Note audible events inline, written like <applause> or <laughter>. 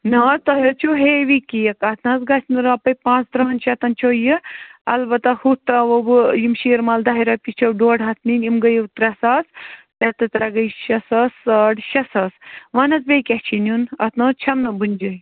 نا تۄہہِ حظ چھُو ہیوی کیک اَتھ نہٕ حظ گژھِ نہٕ رۄپَے پانٛژھ تٕرٛہن شَتَن چھُو یہِ البتہ ہُتھ ترٛاوو بہٕ یِم شیٖر مال دَہہِ رۄپیہِ چھِو ڈۄڈ ہَتھ نِنۍ یِم گٔیِو ترٛےٚ ساس ترٛےٚ تہٕ ترٛےٚ گٔے شےٚ ساس ساڑ شےٚ ساس وَن حظ بیٚیہِ کیٛاہ چھِ نیُن اَتھ نہ حظ چھَم نہٕ <unintelligible>